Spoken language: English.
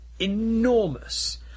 enormous